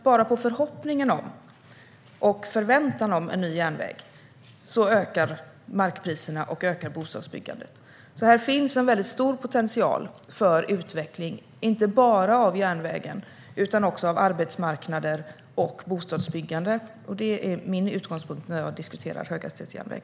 Bara förhoppningen om och förväntan på en ny järnväg ökar markpriserna och bostadsbyggandet. Här finns en väldigt stor potential för utveckling, inte bara av järnvägen, utan också av arbetsmarknader och bostadsbyggande, och det är min utgångspunkt när jag diskuterar höghastighetsjärnväg.